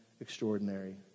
extraordinary